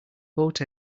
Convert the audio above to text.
boat